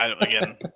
again